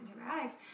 antibiotics